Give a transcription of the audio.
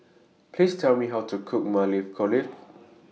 Please Tell Me How to Cook Maili Kofta